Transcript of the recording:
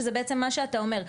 שזה בעצם מה שאתה אומר.